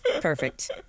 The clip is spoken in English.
Perfect